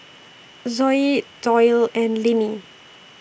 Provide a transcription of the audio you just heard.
Zoie Doyle and Linnie